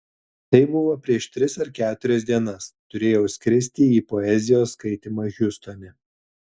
tai buvo prieš tris ar keturias dienas turėjau skristi į poezijos skaitymą hjustone